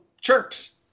chirps